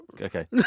Okay